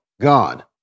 God